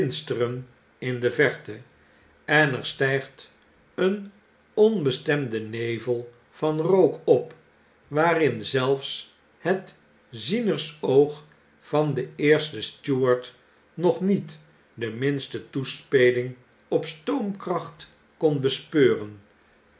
in de verte en er stygt een onbestemde nevel van rook op waann zelfs het zienersoog van den eersten stuart nog niet de minste toespeling op stoomkracht kon bespeuren